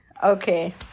Okay